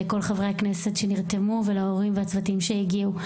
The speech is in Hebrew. כל חברי הכנסת שנרתמו ולהורים והצוותים שהגיעו.